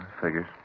Figures